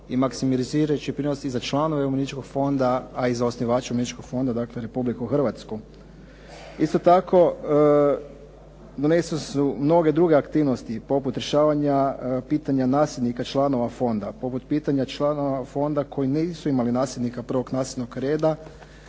se ne razumije./... i za članove umirovljeničkog a i osnivače umirovljeničkog fonda dakle Republiku Hrvatsku. Isto tako donesene su mnoge druge aktivnosti poput rješavanja pitanja nasljednika članova fonda, poput pitanja članova fonda koji nisu imali nasljednika prvog nasljednog reda,